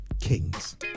Kings